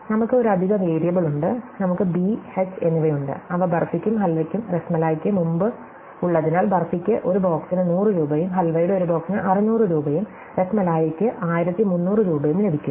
നമുക്ക് ഒരു അധിക വേരിയബിൾ ഉണ്ട് നമുക്ക് ബി എച്ച് എന്നിവയുണ്ട് അവ ബർഫിക്കും ഹൽവയ്ക്കും റാസ്മലൈക്ക് മുമ്പും ഉള്ളതിനാൽ ബർഫിക്ക് ഒരു ബോക്സിന് 100 രൂപയും ഹൽവയുടെ ഒരു ബോക്സിനു 600 രൂപയും റാസ്മലൈക്ക് 1300 രൂപയും ലഭിക്കും